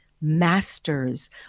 masters